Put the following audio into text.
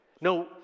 No